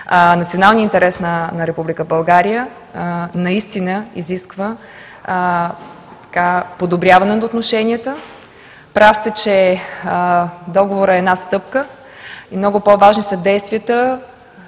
Националният интерес на Република България наистина изисква подобряване на отношенията. Прав сте, че договорът е една стъпка и много по-важни са действията,